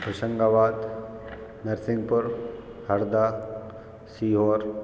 Hoshangabad Narsinghpur Harda Sehore